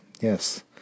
yes